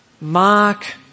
Mark